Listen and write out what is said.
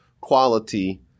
quality